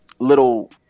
Little